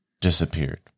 disappeared